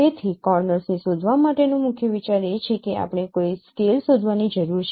તેથી કોર્નર્સને શોધવા માટેનો મુખ્ય વિચાર એ છે કે આપણે કોઈ સ્કેલ શોધવાની જરૂર છે